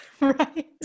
Right